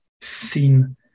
seen